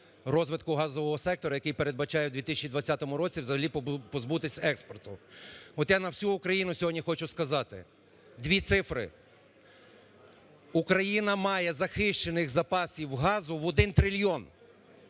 розвитку газового сектору, який передбачають в 2020 році взагалі позбутися експорту. От я на всю Україну сьогодні хочу сказати дві цифри. Україна має захищених запасів газу в 1 трильйон,